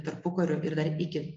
tarpukario ir dar iki